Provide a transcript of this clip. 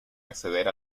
acceder